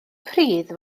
pridd